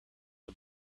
the